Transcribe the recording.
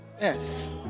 Yes